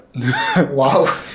Wow